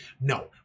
No